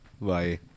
Bye